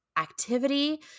Activity